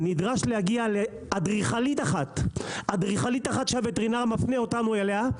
אני נדרש להגיע לאדריכלית אחת שהווטרינר מפנה אותנו אליה,